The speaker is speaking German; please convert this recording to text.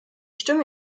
stimme